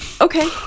Okay